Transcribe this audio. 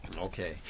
Okay